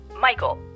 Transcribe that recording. Michael